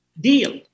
deal